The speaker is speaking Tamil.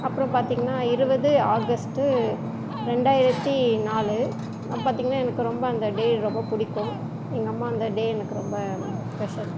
அப்புறம் பார்த்திங்னா இருபது ஆகஸ்ட்டு ரெண்டாயிரத்து நாலு அப்போ பார்த்திங்னா எனக்கு ரொம்ப அந்த டே ரொம்ப பிடிக்கும் எங்கள் அம்மா அந்த டே எனக்கு ரொம்ப ஃஸ்பெஷல்